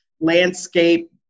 landscape